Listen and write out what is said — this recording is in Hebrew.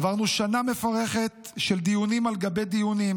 עברנו שנה מפרכת של דיונים על גבי דיונים